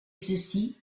ceci